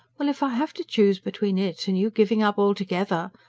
well, if i have to choose between it and you giving up altogether.